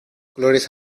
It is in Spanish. colores